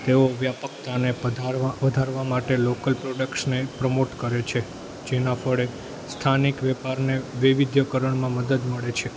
તેઓ વ્યાપકતાને પધારવા વધારવામાં માટે લોકલ પ્રોડક્ટ્સને પ્રમોટ કરે છે જેના ફળે સ્થાનિક વેપારને વૈવિધ્યકરણમાં મદદ મળે છે